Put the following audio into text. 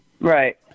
Right